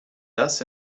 thus